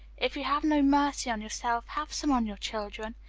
if you have no mercy on yourself, have some on your children.